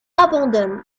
abandonne